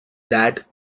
that